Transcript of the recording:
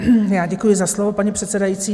Já děkuji za slovo, paní předsedající.